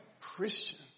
Christian